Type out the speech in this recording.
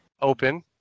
open